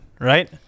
right